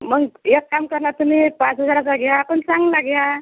मग एक काम कर ना तुम्ही पाच हजाराचा घ्या पण चांगला घ्या